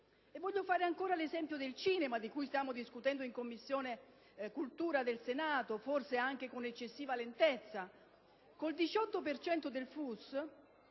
Voglio fare ancora l'esempio del cinema di cui stiamo discutendo in 7a Commissione del Senato, forse anche con eccessiva lentezza.